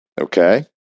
Okay